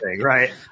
right